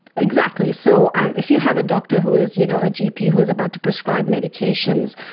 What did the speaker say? exactly. so if you have a doctor who is you know a gp who is about to prescribe medications,